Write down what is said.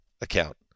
account